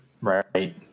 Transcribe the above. Right